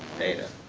data.